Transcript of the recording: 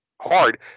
hard